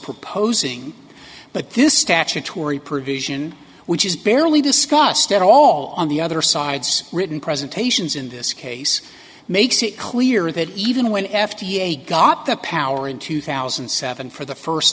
proposing but this statutory provision which is barely discussed at all on the other side's written presentations in this case makes it clear that even when f d a got the power in two thousand and seven for the first